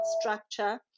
structure